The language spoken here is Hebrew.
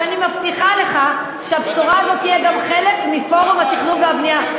ואני מבטיחה לך שהבשורה הזאת תהיה גם חלק מפורום התכנון והבנייה.